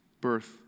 birth